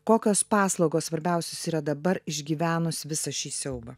kokios paslaugos svarbiausios yra dabar išgyvenus visą šį siaubą